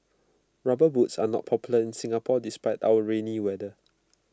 rubber boots are not popular in Singapore despite our rainy weather